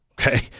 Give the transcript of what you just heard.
Okay